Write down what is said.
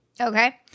Okay